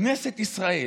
כנסת ישראל,